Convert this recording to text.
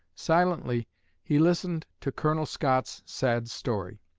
silently he listened to colonel scott's sad story